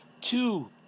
Two